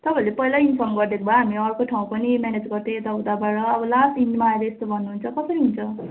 तपाईँहरूले पहिल्यै इन्फर्म गरिदिएको भए हामी अर्कै ठाउँ पनि म्यानेज गर्थ्यौँ यता उताबाट अब लास्ट इन्डमा आएर यस्तो भन्नुहुन्छ कसरी हुन्छ